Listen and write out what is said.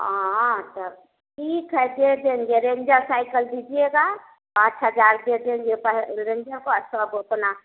हाँ त ठीक है दे देंगे रेंजर साइकल दीजिएगा पाँच हज़ार दे देंगे पह रेंजर को आ सब अपना